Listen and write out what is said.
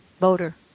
voter